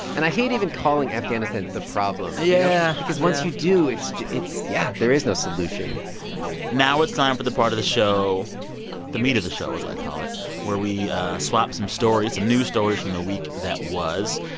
and i hate even calling afghanistan the problem. yeah. because once you do, it's it's yeah, there is no solution now it's time for the part of the show the meat of the show, as i call it where we swap some um news stories from the week that was.